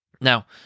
Now